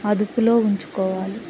అదుపులో ఉంచుకోవాలి